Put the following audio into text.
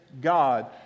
God